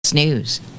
news